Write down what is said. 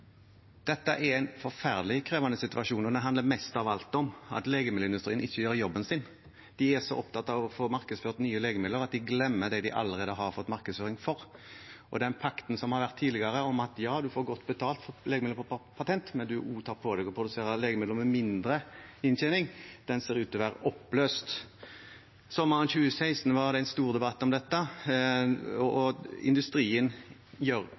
Dette er en forferdelig krevende situasjon, og det handler mest av alt om at legemiddelindustrien ikke gjør jobben sin. De er så opptatt av å få markedsført nye legemidler at de glemmer det de allerede har fått markedsføring for, og den pakten som har vært tidligere, om at ja, du får godt betalt for legemidler på patent, men du må også ta på deg å produsere legemidler med mindre inntjening, ser ut til å være oppløst. Sommeren 2016 var det en stor debatt om dette. Industrien gjør altså ikke jobben sin, og